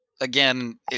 again